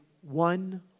one